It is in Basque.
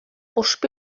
ospe